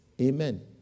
Amen